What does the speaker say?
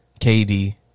KD